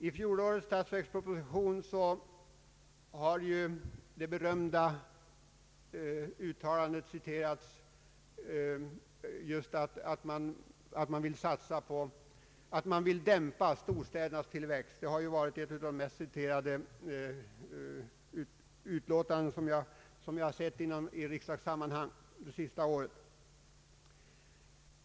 I fjolårets statsverksproposition förekom det berömda uttalandet att man vill dämpa storstädernas tillväxt — det mest citerade uttalandet i riksdagssammanhang under senaste året.